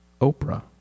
Oprah